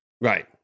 Right